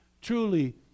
truly